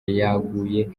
yaguye